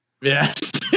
yes